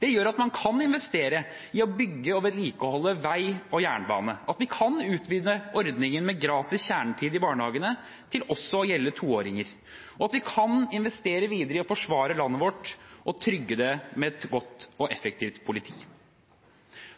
Det gjør at man kan investere i å bygge og vedlikeholde vei og jernbane, at vi kan utvide ordningen med gratis kjernetid i barnehagene til også å gjelde toåringer, og at vi kan investere videre i å forsvare landet vårt og trygge det med et godt og effektivt politi.